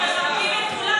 אנחנו מחבקים את כולם.